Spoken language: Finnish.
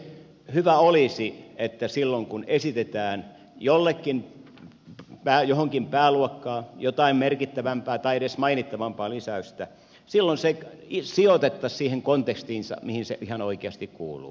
hyvä olisi että silloin kun esitetään johonkin pääluokkaan jotain merkittävämpää tai edes mainittavampaa lisäystä se sijoitettaisiin siihen kontekstiinsa mihin se ihan oikeasti kuuluu